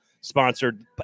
sponsored